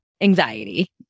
anxiety